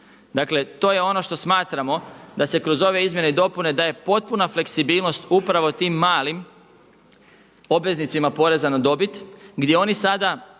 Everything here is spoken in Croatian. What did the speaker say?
Dakle to je ono što smatramo da se kroz ove izmjene i dopune daje potpuna fleksibilnost upravo tim malim obveznicima poreza na dobit gdje oni sada